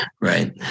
Right